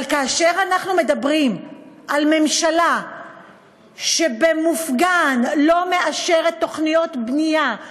אבל כאשר אנחנו מדברים על ממשלה שבמופגן לא מאשרת תוכניות בנייה,